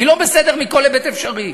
היא לא בסדר מכל היבט אפשרי.